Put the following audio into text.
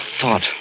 thought